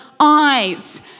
Eyes